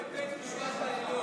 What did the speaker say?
בבית משפט העליון,